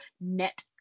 net